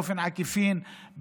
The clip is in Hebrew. בעקיפין,